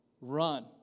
Run